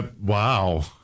wow